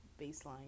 baseline